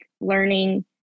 learning